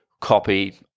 copy-